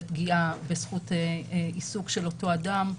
זאת פגיעה בזכות עיסוק של אותו אדם,